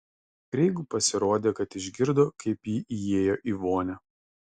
kreigui pasirodė kad išgirdo kaip ji įėjo į vonią